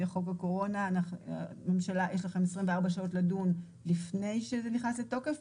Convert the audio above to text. שבחוק הקורונה יש לממשלה 24 שעות לדון לפני שזה נכנס לתוקף,